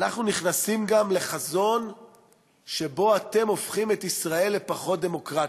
אנחנו נכנסים גם לחזון שבו אתם הופכים את ישראל לפחות דמוקרטית.